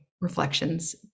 reflections